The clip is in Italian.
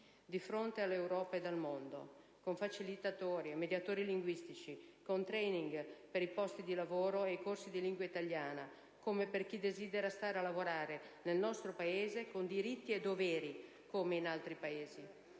di fronte all'Europa e al mondo, con facilitatori e mediatori linguistici, con *training* per posti di lavoro e corsi di lingua italiana per chi desidera rimanere a lavorare nel nostro Paese, con diritti e doveri, come in altri Paesi.